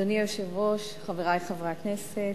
אדוני היושב-ראש, חברי חברי הכנסת,